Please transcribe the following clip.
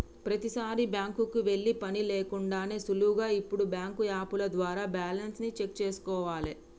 ప్రతీసారీ బ్యాంకుకి వెళ్ళే పని లేకుండానే సులువుగా ఇప్పుడు బ్యాంకు యాపుల ద్వారా బ్యాలెన్స్ ని చెక్ చేసుకోవాలే